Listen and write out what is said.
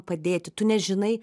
padėti tu nežinai